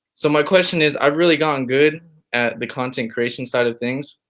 so my question is, i've really gotten good at the content creation side of things.